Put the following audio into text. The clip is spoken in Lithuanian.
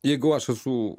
jeigu aš esu